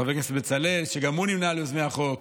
חבר הכנסת בצלאל, שגם הוא נמנה עם יוזמי החוק,